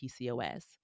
PCOS